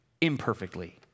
imperfectly